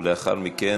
ולאחר מכן